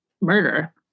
murder